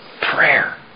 Prayer